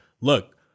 look